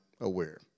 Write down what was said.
aware